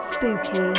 Spooky